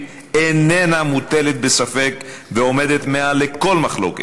איננה מוטלת בספק ועומדת מעל לכל מחלוקת.